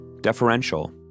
deferential